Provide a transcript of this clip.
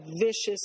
vicious